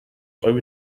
over